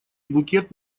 букет